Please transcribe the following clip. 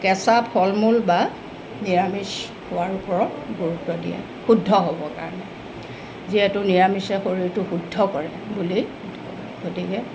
কেঁচা ফল মূল বা নিৰামিষ হোৱাৰ ওপৰত গুৰুত্ব দিয়ে শুদ্ধ হ'বৰ কাৰণে যিহেতু নিৰামিষে শৰীৰটো শুদ্ধ কৰে বুলি গতিকে